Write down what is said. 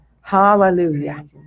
Hallelujah